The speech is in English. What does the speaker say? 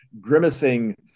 grimacing